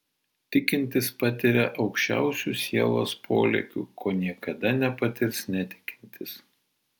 tikintis patiria aukščiausių sielos polėkių ko niekada nepatirs netikintis